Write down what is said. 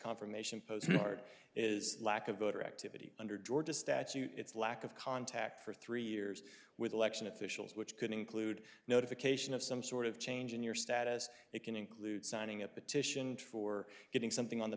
confirmation part is lack of voter activity under georgia statute it's lack of contact for three years with election officials which could include notification of some sort of change in your status it can include signing a petition for getting something on the